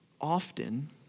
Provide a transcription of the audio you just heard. Often